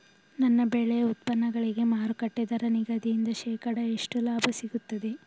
ನನ್ನ ಬೆಳೆ ಉತ್ಪನ್ನಗಳಿಗೆ ಮಾರುಕಟ್ಟೆ ದರ ನಿಗದಿಯಿಂದ ಶೇಕಡಾ ಎಷ್ಟು ಲಾಭ ಸಿಗುತ್ತದೆ?